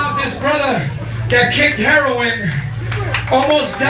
brother that kicked heroin almost